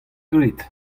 graet